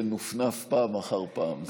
זה נופנף פעם אחר פעם.